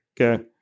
okay